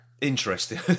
interesting